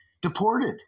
deported